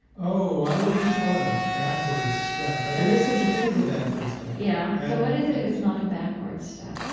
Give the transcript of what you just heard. oh, i wouldn't call it a backward step, but there is such a thing as a backward step yeah, so what is it if it's not a backward step?